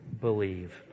believe